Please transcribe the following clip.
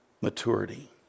maturity